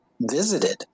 visited